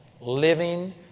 living